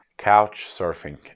Couchsurfing